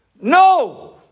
No